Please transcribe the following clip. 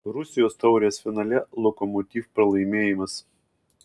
rusijos taurės finale lokomotiv pralaimėjimas